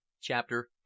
Chapter